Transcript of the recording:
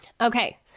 Okay